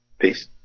Peace